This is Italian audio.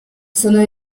sono